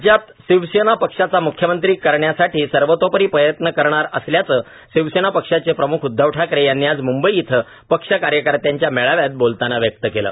राज्यात शिवसेना पक्षाचा मुख्यमंत्री करण्यासाठी सर्वोतोपरी प्रयत्न करणार असल्याचं शिवसेना पक्षाचे प्रमुख उध्दव ठाकरे यांनी आज मुंबई इथं पक्ष कार्यकर्त्याच्या मेळाव्यात बोलताना व्यक्त केलं